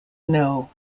know